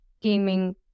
gaming